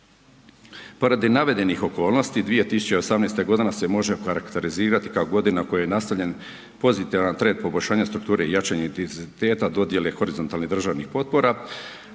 Po radi navedenih okolnosti 2018. godina se može okarakterizirati kao godina u kojoj je nastavljen pozitivan trend poboljšanja strukture i jačanje intenziteta dodjele horizontalnih državnih potpora